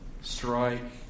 strike